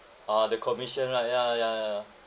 uh the commission right ya ya ya